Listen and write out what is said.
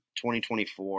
2024